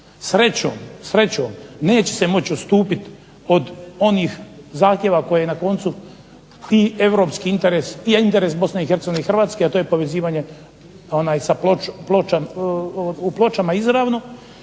Srećom neće se moći ustupiti od onih zahtjeva koje na koncu i europski interes i …/Ne razumije se./… Bosne i Hercegovine i Hrvatske a to je povezivanje u Pločama izravno,